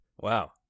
Wow